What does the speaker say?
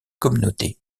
communauté